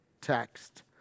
text